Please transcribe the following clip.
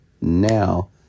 now